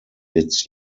its